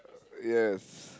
yes